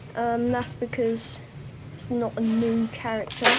um that's because it's not a new character.